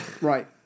Right